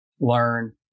learn